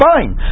Fine